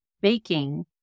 baking